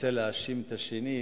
רוצה להאשים את השני,